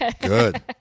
good